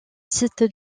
site